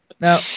Now